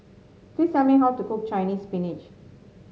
please tell me how to cook Chinese Spinach